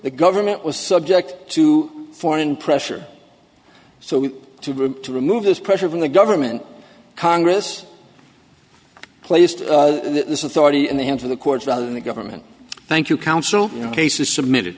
the government was subject to foreign pressure so we to group to remove this pressure from the government congress placed this authority in the hands of the courts rather than the government thank you counsel cases submitted